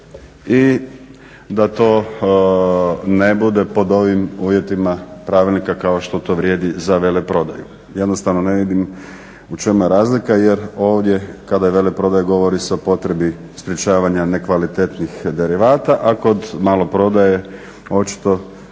i da to ne bude pod ovim uvjetima Pravilnika kao što to vrijedi za veleprodaju? Jednostavno ne vidim u čemu je razlika jer ovdje kada je o veleprodaji govori se o potrebi sprečavanja nekvalitetnih derivata, a kod maloprodaje očito